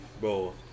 Bro